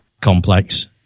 complex